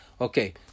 Okay